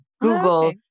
Google